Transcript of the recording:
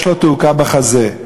יש לו תעוקה בחזה,